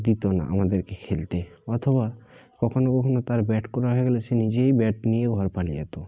দিত না আমাদেরকে খেলতে অথবা কখনও কখনও তার ব্যাট করা হয়ে গেলে সে নিজেই ব্যাট নিয়ে ঘর পালিয়ে যেত